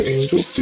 Angel